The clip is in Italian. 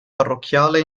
parrocchiale